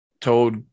told